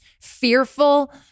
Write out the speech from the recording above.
fearful